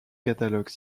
catalogue